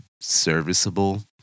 serviceable